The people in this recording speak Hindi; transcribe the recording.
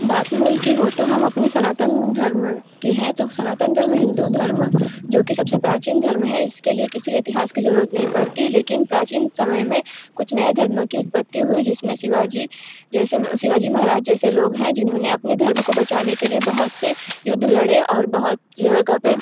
बात मूल की हो तो हम अपने सनातन धर्म के हैं तो सनातन धर्म हिन्दू धर्म जो कि सब से प्राचीन धर्म है इसके लिए किसी इतिहास की ज़रूरत नहीं पड़ती लेकिन प्राचीन समय में कुछ नए धर्मों की उत्पत्ति हुई जिस में शिवाजी जैसे शिवाजी महाराज जैसे लोग है जिन्होंने अपने धर्म को बचाने के लिए बहुत से युद्ध लड़े और बहुत जगह पर